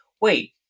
wait